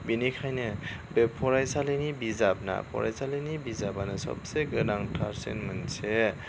बेनिखायनो बे फरायसालिनि बिजाब ना फरायसालिनि बिजाबानो सबसे गोनांथारसिन मोनसे